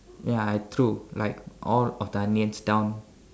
ya I threw like all of the onions down